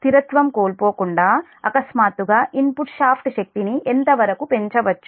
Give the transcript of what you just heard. స్థిరత్వం కోల్పోకుండా అకస్మాత్తుగా ఇన్పుట్ షాఫ్ట్ శక్తిని ఎంత వరకు పెంచవచ్చు